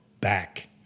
back